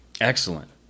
Excellent